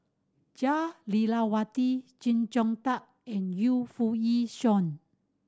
Jah Lelawati Chee Zhong Tat and Yu Foo Yee Shoon